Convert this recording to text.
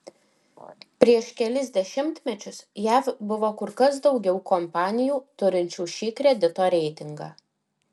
prieš kelis dešimtmečius jav buvo kur kas daugiau kompanijų turinčių šį kredito reitingą